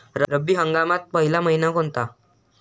रब्बी हंगामातला पयला मइना कोनता?